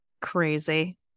Crazy